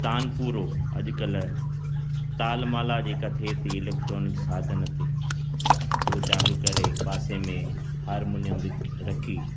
तानपुरो अॼु कल्ह ताल माला जेकी थिए थी इलेक्ट्रोनिक साधन ते उहो चालू करे पासे में हारमोनियम रि रखी